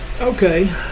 Okay